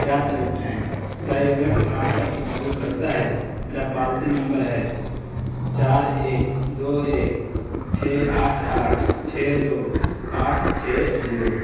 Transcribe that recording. کیا طریقے ہیں کیا یہ بینک ٹرانسفر سے قبول کرتا ہے میرا پالیسی نمبر ہے چار ایک دو ایک چھ آٹھ آٹھ چھ دو آٹھ چھ زیرو